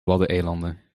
waddeneilanden